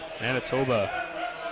Manitoba